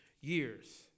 years